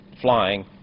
flying